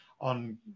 on